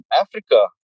Africa